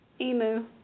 Emu